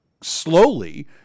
slowly